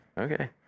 okay